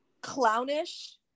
clownish